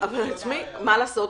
מה לעשות,